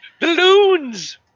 balloons